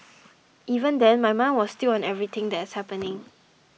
even then my mind was still on everything that is happening